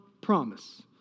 promise